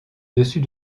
dessus